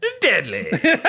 Deadly